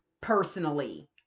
personally